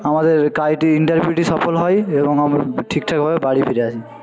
আমাদের কাজটি ইন্টারভিউটি সফল হয় এবং আমরা ঠিকঠাকভাবে বাড়ি ফিরে আসি